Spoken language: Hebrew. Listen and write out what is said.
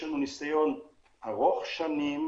יש לנו ניסיון ארוך שנים.